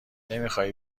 نمیخوای